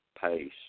pace